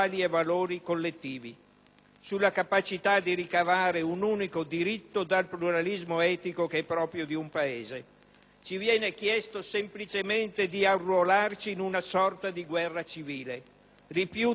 sulla capacità di ricavare un unico diritto dal pluralismo etico proprio di un Paese. Ci viene chiesto semplicemente di arruolarci in una sorta di guerra civile. Rifiuto questo arruolamento.